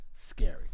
Scary